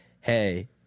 hey